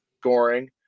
scoring